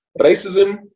Racism